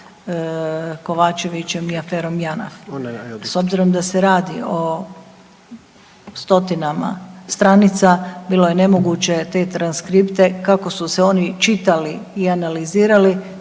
Kovačevićem i aferom JANAF. S obzirom da se radi o stotinama stranica, bilo je nemoguće te transkripte, kako su se oni čitali i analizirali,